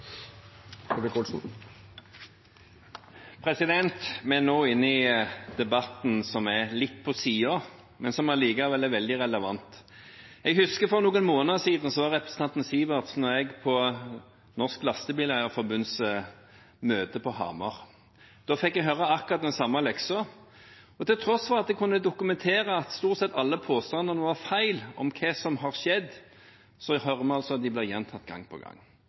Vi er nå inne i en debatt som er litt på siden, men som allikevel er veldig relevant. Jeg husker at for noen måneder siden var representanten Sivertsen og jeg på Norges Lastebileier-Forbunds møte på Hamar. Da fikk jeg høre akkurat den samme leksa. Til tross for at jeg kunne dokumentere at stort sett alle påstandene om hva som har skjedd, var feil, hører vi at de blir gjentatt gang på gang.